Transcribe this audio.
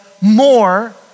more